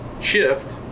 shift